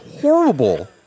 horrible